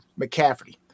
McCaffrey